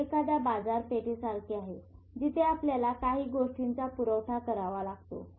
हे एखाद्या बाजारपेठेसारखे आहे जिथे आपल्याला काही गोष्टींचा पुरवठा करावा लागतो